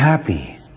happy